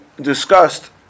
discussed